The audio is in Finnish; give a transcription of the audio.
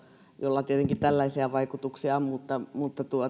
jolla tietenkin tällaisia vaikutuksia on